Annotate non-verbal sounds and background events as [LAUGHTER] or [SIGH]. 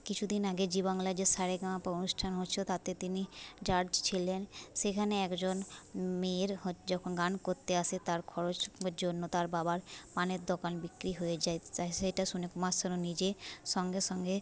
কিছু দিন আগে জি বাংলায় যে সারেগামাপা অনুষ্ঠান হচ্ছিল তাতে তিনি জাজ ছিলেন সেখানে একজন মেয়ের হো [UNINTELLIGIBLE] যখন গান করতে আসে তার খরচের জন্য তার বাবার পানের দোকান বিক্রি হয়ে যায় তা সেটা শুনে কুমার শানু নিজে সঙ্গে সঙ্গে